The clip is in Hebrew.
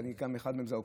זו האופוזיציה.